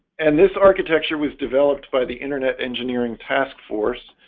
and this architecture was developed by the internet engineering task force.